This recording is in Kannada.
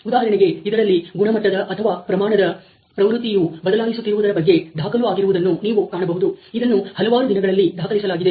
ಉದಾಹರಣೆಗೆ ಇದರಲ್ಲಿ ಗುಣಮಟ್ಟದ ಅಥವಾ ಪ್ರಮಾಣದ ಪ್ರವೃತ್ತಿಯು ಬದಲಾಯಿಸುತ್ತಿರುವದರ ಬಗ್ಗೆ ದಾಖಲು ಆಗಿರುವುದನ್ನು ನೀವು ಕಾಣಬಹುದು ಇದನ್ನು ಹಲವಾರು ದಿನಗಳಲ್ಲಿ ದಾಖಲಿಸಲಾಗಿದೆ